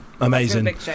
Amazing